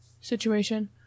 situation